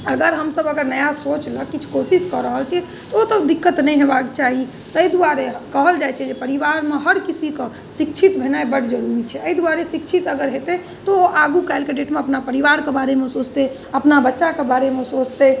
अगर हमसभ अगर नया सोच लेल किछु कोशिश कऽ रहल छी तऽ ओ तऽ दिक्कत नहि होयबाक चाही ताहि दुआरे कहल जाइत छै जे परिवारमे हर किसीकेँ शिक्षित भेनाइ बड्ड जरूरी छै एहि दुआरे शिक्षित अगर हेतै तऽ ओ आगू काल्हिके डेटमे अपना परिवारके बारेमे सोचतै अपना बच्चाके बारेमे सोचतै